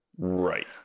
Right